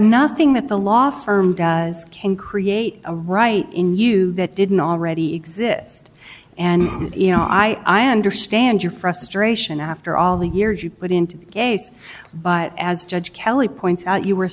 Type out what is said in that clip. nothing that the law firm does can create a right in you that didn't already exist and i understand your frustration after all the years you put into the case but as judge kelly points out you are a